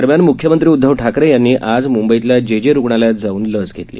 दरम्यान मुख्यमंत्री उदधव ठाकरे यांनी आज मुंबईतल्या जे जे रुग्णालयात जाऊन लस घेतली